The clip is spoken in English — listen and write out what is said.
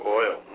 oil